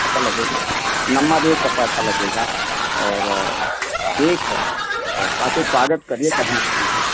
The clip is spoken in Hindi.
पैसा लगेगा नम्बर एक का पैसा लगेगा और ठीक है और बाकी स्वागत करिए बढ़िया